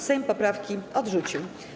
Sejm poprawki odrzucił.